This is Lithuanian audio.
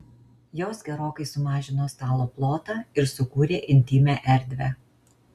jos gerokai sumažino stalo plotą ir sukūrė intymią erdvę